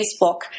Facebook